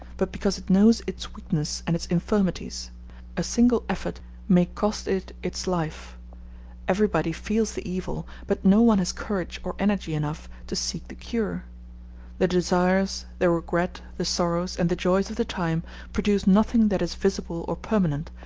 but because it knows its weakness and its infirmities a single effort may cost it its life everybody feels the evil, but no one has courage or energy enough to seek the cure the desires, the regret, the sorrows, and the joys of the time produce nothing that is visible or permanent,